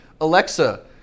alexa